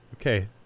okay